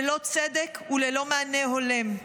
ללא צדק וללא מענה הולם.